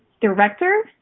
director